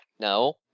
No